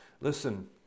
Listen